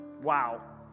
wow